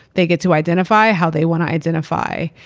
they get to identify how they want to identify.